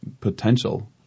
potential